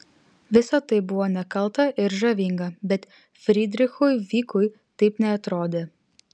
visa tai buvo nekalta ir žavinga bet frydrichui vykui taip neatrodė